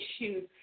issues